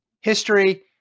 history